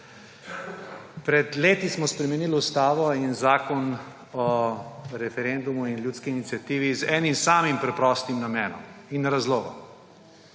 Pred leti smo spremenili ustavo in Zakon o referendumu in ljudski iniciativi z enim samim preprostim namenom in razlogom,